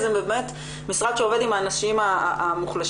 זה באמת המשרד שעובד עם האנשים המוחלשים